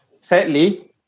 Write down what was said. Sadly